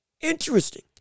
interesting